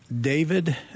David